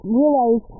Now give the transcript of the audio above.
realize